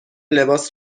لباس